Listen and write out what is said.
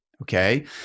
Okay